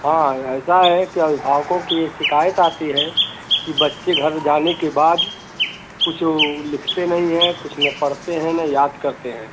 हाँ ऐसा है कि अभिभावकों की शिकायत आती है कि बच्चे घर जाने के बाद कुछू लिखते नहीं है कुछ ना पढ़ते हैं न याद करते हैं